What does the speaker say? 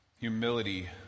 humility